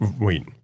wait